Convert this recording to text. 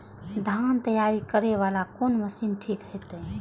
धान तैयारी करे वाला कोन मशीन ठीक होते?